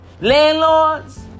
Landlords